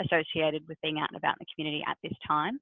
associated with being out and about in the community at this time.